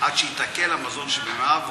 עד שיתעכל המזון שבמעיו,